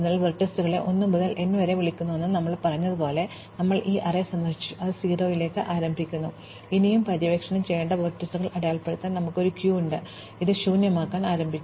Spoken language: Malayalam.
അതിനാൽ വെർട്ടീസുകളെ 1 മുതൽ n വരെ വിളിക്കുന്നുവെന്ന് ഞങ്ങൾ പറഞ്ഞതുപോലെ ഞങ്ങൾ ഈ അറേ സന്ദർശിച്ചു അത് 0 ലേക്ക് സമാരംഭിക്കുന്നു ഇനിയും പര്യവേക്ഷണം ചെയ്യേണ്ട വെർട്ടീസുകൾ അടയാളപ്പെടുത്താൻ ഞങ്ങൾക്ക് ഒരു ക്യൂ ഉണ്ട് ഇത് ശൂന്യമാക്കാൻ സമാരംഭിച്ചു